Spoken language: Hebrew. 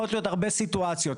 יכולות להיות הרבה סיטואציות.